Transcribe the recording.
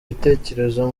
ibitekerezo